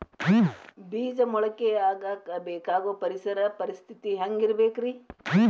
ಬೇಜ ಮೊಳಕೆಯಾಗಕ ಬೇಕಾಗೋ ಪರಿಸರ ಪರಿಸ್ಥಿತಿ ಹ್ಯಾಂಗಿರಬೇಕರೇ?